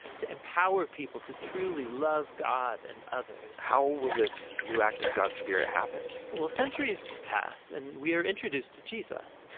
to empower people to truly love god and others. how will this new active god spirit happen? well, centuries past and we're introduced to jesus.